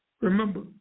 Remember